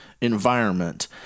environment